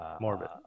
morbid